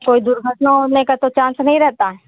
कोई दुर्घटना होने का तो चांस नहीं रहता है